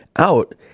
out